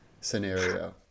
scenario